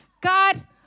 God